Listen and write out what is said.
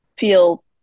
feel